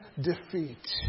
defeat